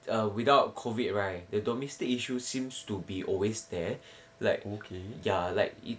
err without COVID right the domestic issue seems to be always there like ya like